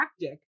tactic